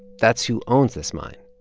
that's who owns this mine.